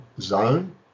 zone